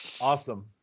Awesome